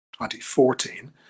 2014